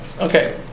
Okay